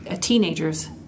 teenager's